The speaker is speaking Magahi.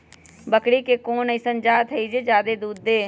बकरी के कोन अइसन जात हई जे जादे दूध दे?